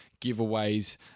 giveaways